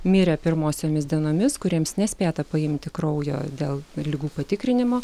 mirė pirmosiomis dienomis kuriems nespėta paimti kraujo dėl ligų patikrinimo